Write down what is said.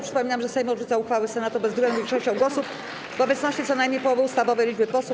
Przypominam, że Sejm odrzuca uchwały Senatu bezwzględną większością głosów w obecności co najmniej połowy ustawowej liczby posłów.